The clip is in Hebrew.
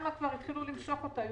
התחילו למשוך אותה אליהם,